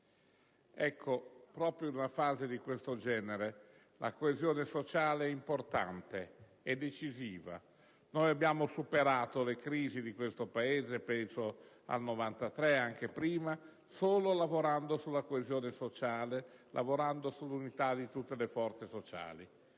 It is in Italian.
Proprio in una fase di questo genere, la coesione sociale è importante, decisiva. Noi abbiamo superato le crisi di questo Paese, penso al 1993 e anche a situazioni precedenti, solo lavorando sulla coesione sociale, lavorando sull'unità di tutte le forze sociali.